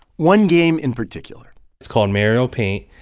one game in particular it's called mario paint.